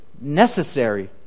necessary